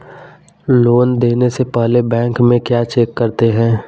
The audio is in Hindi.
लोन देने से पहले बैंक में क्या चेक करते हैं?